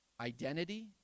Identity